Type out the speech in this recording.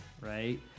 right